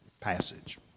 passage